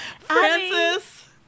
Francis